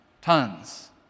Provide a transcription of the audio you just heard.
tons